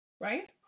right